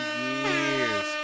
years